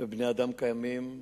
ובני-אדם קיימים,